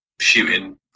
shooting